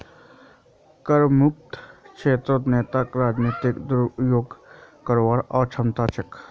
करमुक्त क्षेत्रत नेता राजनीतिक दुरुपयोग करवात अक्षम ह छेक